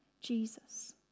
Jesus